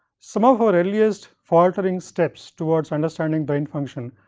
some of our earliest faltering steps towards understanding brain function,